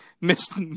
missed